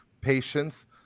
patience